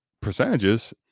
percentages